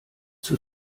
zur